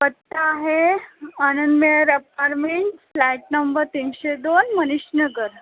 पत्ता आहे आनंदमेर अपारमेंट फ्लॅट नंबर तीनशे दोन मनीषनगर